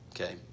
Okay